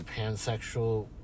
pansexual